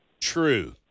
True